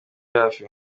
hafi